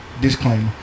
disclaimer